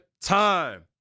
time